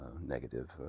negative